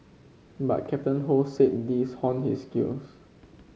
but Captain Ho said these honed his skills